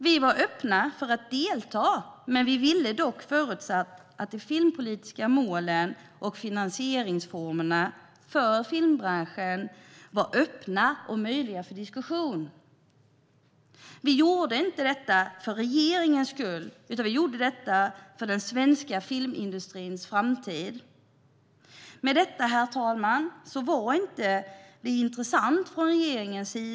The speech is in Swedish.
Vi var öppna för att delta förutsatt att de filmpolitiska målen och finansieringsformerna för filmbranschen var öppna och möjliga för diskussion. Vi gjorde inte detta för regeringens skull utan för den svenska filmindustrins framtid. Men det var inte intressant för regeringen.